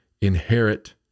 inherit